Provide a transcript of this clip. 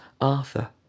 Arthur